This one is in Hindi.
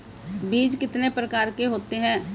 बीज कितने प्रकार के होते हैं?